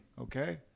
okay